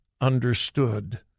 understood